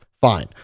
fine